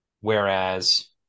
Whereas –